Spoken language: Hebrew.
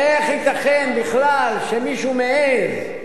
איך ייתכן בכלל, שמישהו מעז,